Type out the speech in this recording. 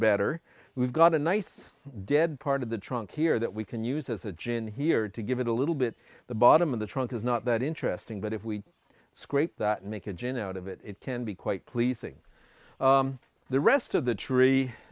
better we've got a nice dead part of the trunk here that we can use as a gin here to give it a little bit the bottom of the trunk is not that interesting but if we scrape that and make a gin out of it it can be quite pleasing the rest of the tree